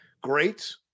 great